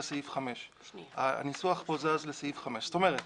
סעיף 5. הניסוח פה זז לסעיף 5. זאת אומרת,